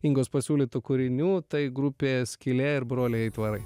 ingos pasiūlytų kūrinių tai grupė skylė ir broliai aitvarai